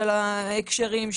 של ההקשרים,